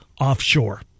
offshore